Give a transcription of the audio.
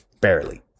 Barely